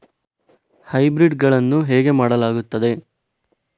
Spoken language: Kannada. ಹೈಬ್ರಿಡ್ ಗಳನ್ನು ಹೇಗೆ ಮಾಡಲಾಗುತ್ತದೆ?